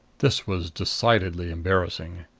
this was decidedly embarrassing.